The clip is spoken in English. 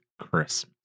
Chris